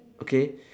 okay